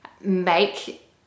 make